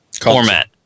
Format